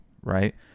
right